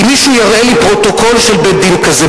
אם מישהו יראה לי פרוטוקול של בית-דין כזה,